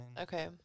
Okay